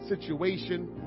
situation